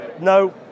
No